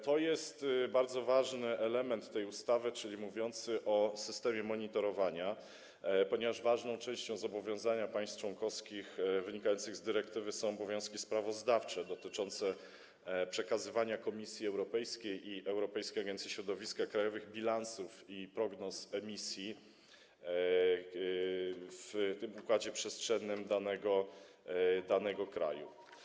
To jest bardzo ważny element tej ustawy, mówiący o systemie monitorowania, ponieważ ważną częścią zobowiązań państw członkowskich wynikających z dyrektywy są obowiązki sprawozdawcze dotyczące przekazywania Komisji Europejskiej i Europejskiej Agencji Środowiska krajowych bilansów i prognoz emisji w układzie przestrzennym danego kraju.